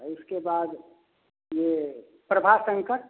इसके बाद यह प्रभाशंकर